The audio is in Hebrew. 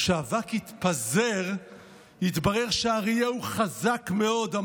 כשהאבק יתפזר יתברר שהאריה הוא חזק מאוד,